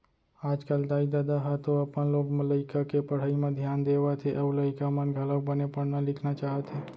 आजकल दाई ददा ह तो अपन लोग लइका के पढ़ई म धियान देवत हे अउ लइका मन घलोक बने पढ़ना लिखना चाहत हे